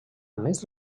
més